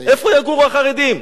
איפה יגורו החרדים?